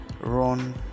run